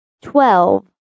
twelve